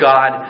God